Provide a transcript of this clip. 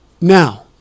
Now